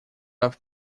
off